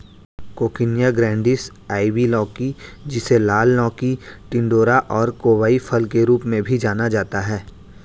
coccinia grandis, ivy लौकी, जिसे लाल लौकी, टिंडोरा और कोवाई फल के रूप में भी जाना जाता है